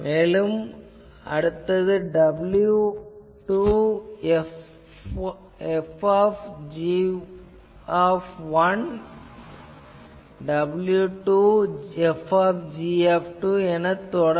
மேலும் அடுத்தது w2 F w2 F எனத் தொடரும்